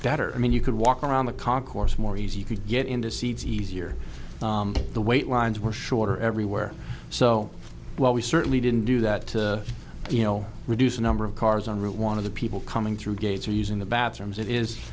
better i mean you could walk around the concourse more easy to get in the seats easier the wait lines were shorter everywhere so while we certainly didn't do that you know reduce the number of cars on route one of the people coming through gates or using the bathrooms it is